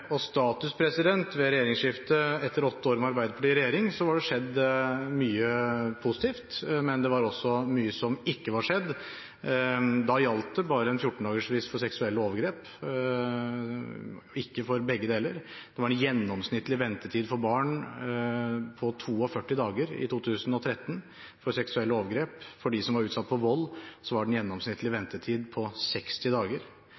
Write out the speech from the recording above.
Status ved regjeringsskiftet etter åtte år med Arbeiderpartiet i regjering var at det var skjedd mye positivt, men det var også mye som ikke var skjedd. Da gjaldt det bare en 14 dagers frist for seksuelle overgrep, ikke for begge deler. Det var en gjennomsnittlig ventetid for barn på 42 dager i 2013 for seksuelle overgrep. For dem som var utsatt for vold, var det en gjennomsnittlig ventetid på 60 dager.